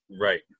Right